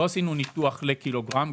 לא עשינו ניתוח לקילוגרם.